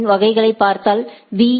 இன் வகைகளைப் பார்த்தால் பி